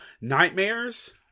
nightmares